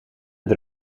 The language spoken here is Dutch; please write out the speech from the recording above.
het